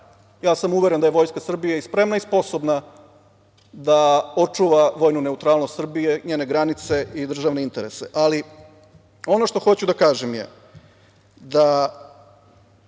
ja sam uveren da je Vojska Srbije spremna i sposobna da očuva vojnu neutralnost Srbije, njene granice i državne interese. Ono što hoću da kažem je da